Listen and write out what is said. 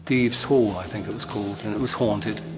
thief's hole, i think it was called. and it was haunted.